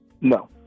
No